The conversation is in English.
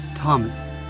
Thomas